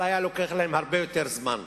אבל היה לוקח להן הרבה יותר זמן.